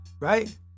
Right